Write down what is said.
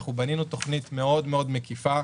אנחנו בנינו תוכנית מאוד מאוד מקיפה,